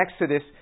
Exodus